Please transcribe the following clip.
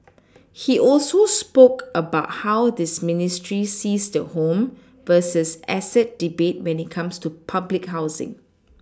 he also spoke about how this ministry sees the home versus asset debate when it comes to public housing